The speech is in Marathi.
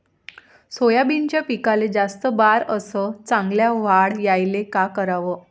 सोयाबीनच्या पिकाले जास्त बार अस चांगल्या वाढ यायले का कराव?